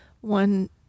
one